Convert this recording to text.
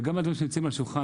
וגם על דברים שנמצאים על השולחן,